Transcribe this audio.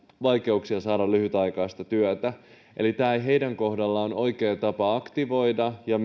vaikeuksia saada lyhytaikaista työtä eli tämä ei ole heidän kohdallaan oikea tapa aktivoida ja